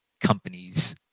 companies